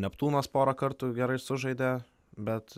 neptūnas porą kartų gerai sužaidė bet